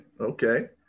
Okay